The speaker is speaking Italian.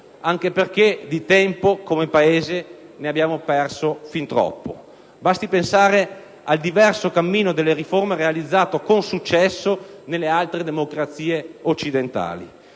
anche perché di tempo, come Paese, ne abbiamo perso fin troppo. Basti pensare al diverso cammino delle riforme realizzato con successo nelle altre democrazie occidentali.